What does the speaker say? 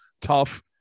tough